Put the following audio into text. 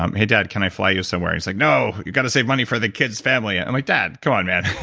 um hey dad, can i fly you somewhere. he's like, no, no, you got to save money for the kids, family. i'm like dad, come on man.